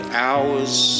hours